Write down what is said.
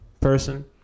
person